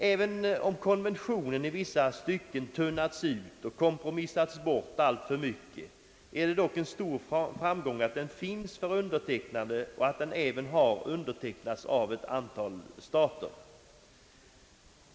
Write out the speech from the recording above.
även om konventionen i vissa stycken tunnats ut och kompromissats bort alltför mycket, är det dock en stor framgång att den finns för undertecknande och att den även har undertecknats av ett antal stater.